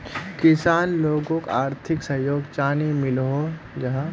किसान लोगोक आर्थिक सहयोग चाँ नी मिलोहो जाहा?